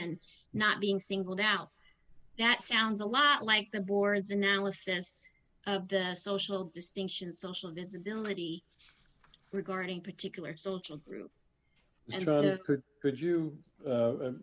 and not being singled out that sounds a lot like the board's analysis of the social distinctions social visibility regarding particular social group could you